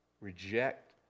reject